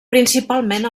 principalment